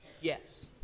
yes